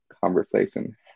conversation